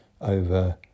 over